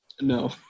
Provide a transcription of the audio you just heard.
No